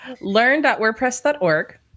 Learn.wordpress.org